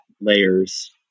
layers